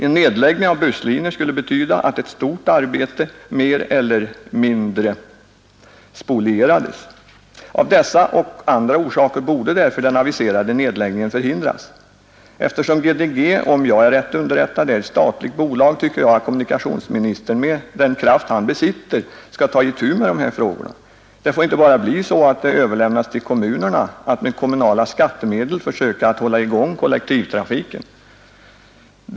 En nedläggning av busslinjer skulle betyda att ett stort arbete mer eller mindre spolierades. Av dessa och andra orsaker borde därför den aviserade nedläggningen förhindras. Eftersom GDG, om jag är rätt underrättad, är ett statligt bolag tycker jag att kommunikationsministern med den kraft han besitter skall ta itu med de här frågorna. Det får inte bara bli så att det överlämnas till kommunerna att med kommunala skattemedel försöka hålla i gång kollektivtrafiken.